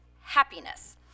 happiness